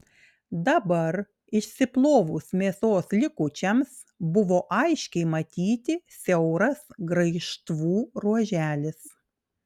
dabar išsiplovus mėsos likučiams buvo aiškiai matyti siauras graižtvų ruoželis